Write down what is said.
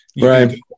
Right